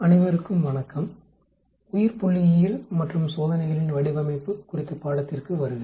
அனைவருக்கும் வணக்கம் உயிர்புள்ளியியல் மற்றும் சோதனைகளின் வடிவமைப்பு குறித்த பாடத்திற்கு வருக